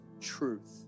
truth